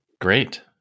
Great